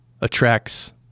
attracts